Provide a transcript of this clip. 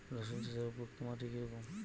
রুসুন চাষের উপযুক্ত মাটি কি রকম?